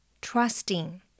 trusting